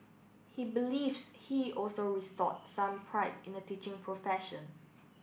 he believes he also restored some pride in the teaching profession